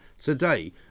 today